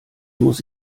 muss